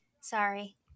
Sorry